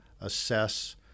assess